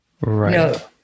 Right